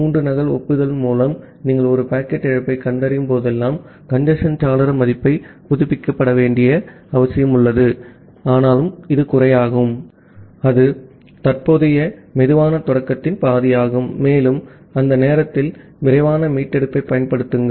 மூன்று நகல் ஒப்புதலின் மூலம் நீங்கள் ஒரு பாக்கெட் இழப்பைக் கண்டறியும் போதெல்லாம் கஞ்சேஸ்ன் சாளர மதிப்பை புதுப்பிக்கப்பட்ட சுலோ ஸ்டார்ட் வாசலுக்கு குறைக்கிறீர்கள் அது தற்போதைய சுலோ ஸ்டார்ட்த்தின் பாதி ஆகும் மேலும் அந்த நேரத்தில் விரைவான மீட்டெடுப்பைப் பயன்படுத்துங்கள்